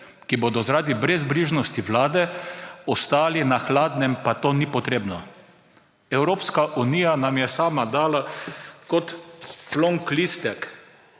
ki bodo zaradi brezbrižnosti vlada ostali na hladnem, pa to ni potrebno. Evropska unija nam je sama dala kot plonk listek